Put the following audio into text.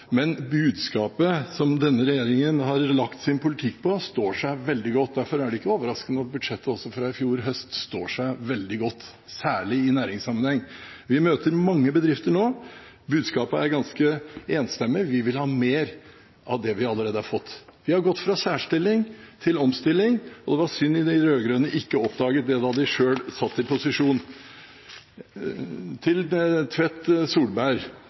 men budskapet som denne regjeringen har lagt sin politikk på, står seg veldig godt. Derfor er det ikke overraskende at også budsjettet fra i fjor høst står seg veldig godt, særlig i næringssammenheng. Vi møter mange bedrifter nå, og budskapet er ganske enstemmig: Vi vil ha mer av det vi allerede har fått. Vi har gått fra særstilling til omstilling, og det var synd de rød-grønne ikke oppdaget det da de selv satt i posisjon. Til Tvedt Solberg,